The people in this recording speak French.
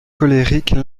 colériques